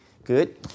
Good